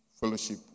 fellowship